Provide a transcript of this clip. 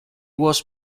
was